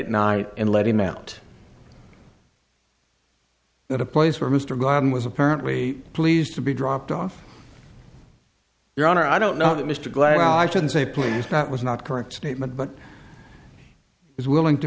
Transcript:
at night and let him out at a place where mr glanton was apparently pleased to be dropped off your honor i don't know that mr glad i should say please that was not correct statement but is willing to